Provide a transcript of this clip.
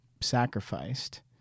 sacrificed